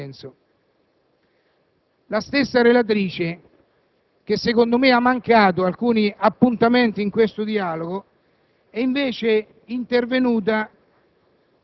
se non lessicale. Anche su quelli non vi è stata alcuna possibilità di dialogo. Vorrei poi sottolineare che i pochi emendamenti che sono stati presentati